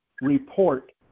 report